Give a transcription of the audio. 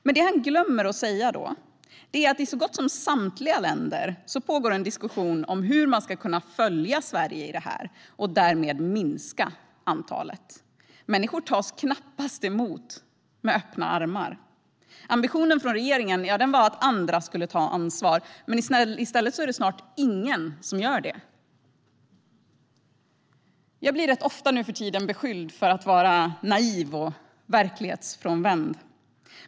Men det han glömmer att säga är att det i så gott som samtliga länder pågår en diskussion om hur man ska kunna följa Sverige och därmed minska antalet. Människor tas knappast emot med öppna armar. Ambitionen från regeringen var att andra skulle ta ansvar, men i stället är det snart ingen som gör det. Jag blir rätt ofta beskylld för att vara naiv och verklighetsfrånvänd.